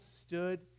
stood